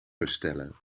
bestellen